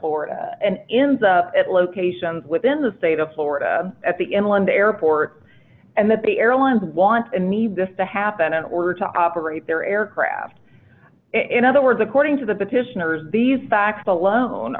florida and ends up at locations within the state of florida at the in london airport busy and that the airlines want and need this to happen in order to operate their aircraft in other words according to the petitioners these facts alone